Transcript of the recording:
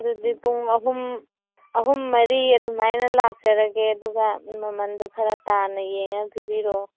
ꯑꯗꯨꯗꯤ ꯄꯨꯡ ꯑꯍꯨꯝ ꯑꯗꯨꯝ ꯃꯔꯤ ꯑꯗꯨꯃꯥꯏꯅ ꯂꯥꯛꯆꯔꯒꯦ ꯑꯗꯨꯒ ꯃꯃꯟꯗꯨ ꯈꯔ ꯇꯥꯅ ꯌꯦꯡꯂꯒ ꯄꯤꯕꯤꯔꯣ